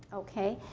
okay.